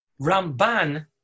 Ramban